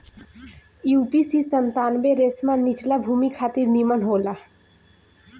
UPC सत्तानबे रेशमा निचला भूमि खातिर निमन होला